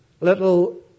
little